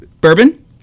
Bourbon